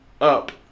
up